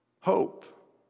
hope